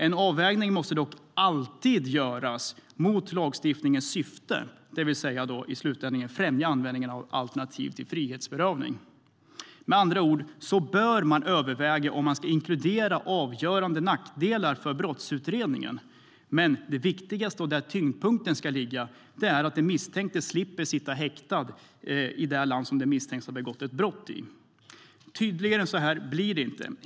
En avvägning måste dock alltid göras mot lagstiftningens syfte, dvs, att främja användningen av alternativ till frihetsberövanden." Med andra ord bör man överväga om man ska inkludera avgörande nackdelar för brottsutredningen, men det viktigaste, och där tyngdpunkten ska ligga, är att den misstänkte slipper sitta häktad i det land där denne misstänkts ha begått ett brott. Tydligare än så blir det inte.